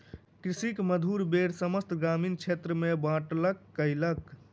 कृषक मधुर बेर समस्त ग्रामीण क्षेत्र में बाँटलक कयलक